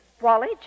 Wally